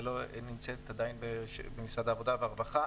זה לא נמצא עדיין במשרד העבודה והרווחה.